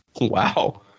Wow